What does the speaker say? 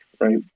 right